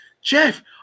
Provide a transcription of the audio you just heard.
Jeff